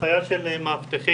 הנחיה של מאבטחים,